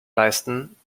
leisten